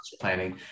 planning